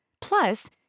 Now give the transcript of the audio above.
Plus